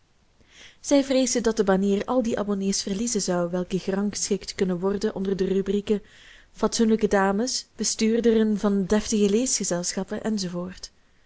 zij vreesden dat de banier al die abonné's verliezen zou welke gerangschikt kunnen worden onder de rubrieken fatsoenlijke dames bestuurderen van deftige leesgezelschappen